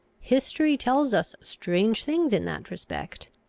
history tells us strange things in that respect.